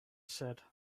said